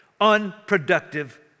unproductive